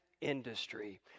industry